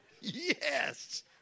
yes